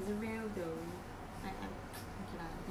I am okay lah believe lah believe